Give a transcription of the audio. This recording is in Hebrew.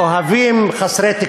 יפה.